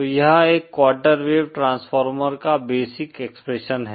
तो यह एक क्वार्टर वेव ट्रांसफार्मर का बेसिक एक्सप्रेशन है